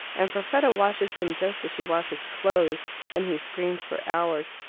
and perfetta washes him just as she washes clothes. then he screams for hours.